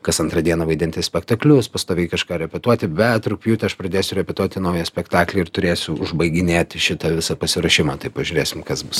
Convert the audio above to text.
kas antrą dieną vaidinti spektaklius pastoviai kažką repetuoti bet rugpjūtį aš pradėsiu repetuoti naują spektaklį ir turėsiu užbaiginėti šitą visą pasiruošimą tai pažiūrėsim kas bus